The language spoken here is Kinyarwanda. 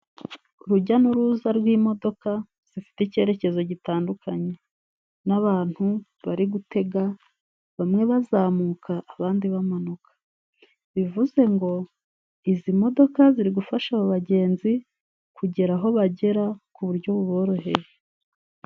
Urujya n'uruza rw'imodoka zifite icyerekezo gitandukanye, n'abantu bari gutega bamwe bazamuka abandi bamanuka. Bivuze ngo izi modoka ziri gufasha abo bagenzi kugera aho bagera ku buryo buboroheye.